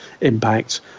impact